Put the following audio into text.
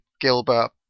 Gilbert